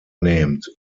named